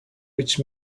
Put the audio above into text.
which